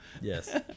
Yes